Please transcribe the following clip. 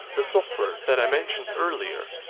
the software that i mentioned earlier.